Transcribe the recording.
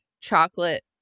chocolate